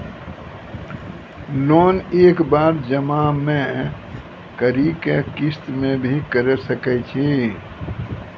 Loan एक बार जमा म करि कि किस्त मे भी करऽ सके छि?